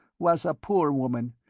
was a poor woman,